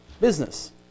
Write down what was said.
business